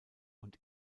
und